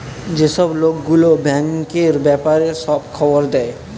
যেসব লোক গুলো ব্যাঙ্কের ব্যাপারে সব খবর দেয়